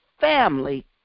family